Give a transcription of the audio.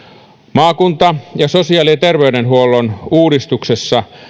maakunta ja sosiaali ja terveydenhuollon uudistuksessa